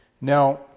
Now